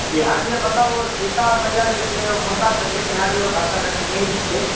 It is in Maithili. तऽ ईहा लिए मतलब ओ सीता मैया जे छै ऊमहरका छलखिन ईहा लिए ओ भाषा कनि मिठ छै